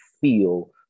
feel